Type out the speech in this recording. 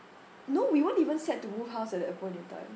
no we weren't even set to move house at that point in time